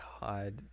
God